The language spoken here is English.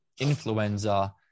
Influenza